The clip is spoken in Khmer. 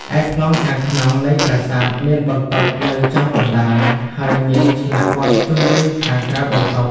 ឯប្លង់ខាងក្នុងនៃប្រាសាទមានបន្ទប់នៅចំកណ្តាល ហើយមានឆ្លាក់ព័ទ្ធជុំវិញខាងក្រៅបន្ទប់។